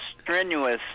strenuous